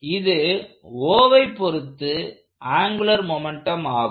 இது Oவை பொருத்து ஆங்குலர் மொமெண்ட்டும் ஆகும்